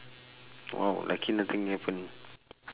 oh luckily nothing happen